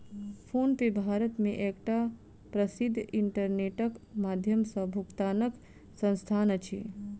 PhonePe Bharat मे एकटा प्रसिद्ध इंटरनेटक माध्यम सॅ भुगतानक संस्थान अछि